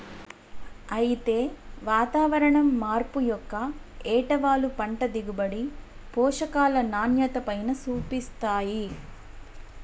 అయితే వాతావరణం మార్పు యొక్క ఏటవాలు పంట దిగుబడి, పోషకాల నాణ్యతపైన సూపిస్తాయి